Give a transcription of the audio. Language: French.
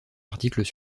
articles